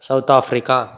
South Africa